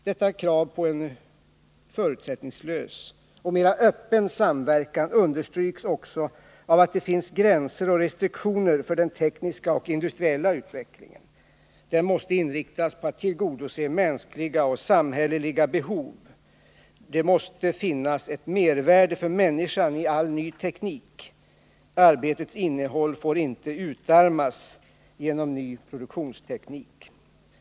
Detta krav på förutsättningslös och mera öppen samverkan understryks av att det finns gränser och restriktioner för den tekniska och industriella utvecklingen. Den måste inriktas på att tillgodose mänskliga och samhälleliga behov. Det måste finnas ett mervärde för människan i all ny teknik. Arbetets innehåll får inte utarmas genom ny produktionsteknik.